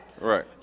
Right